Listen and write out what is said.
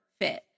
fit